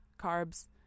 carbs